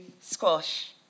squash